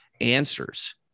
answers